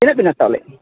ᱛᱤᱱᱟᱹᱜᱵᱤᱱ ᱦᱟᱛᱟᱣᱞᱮᱫᱼᱟ